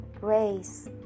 grace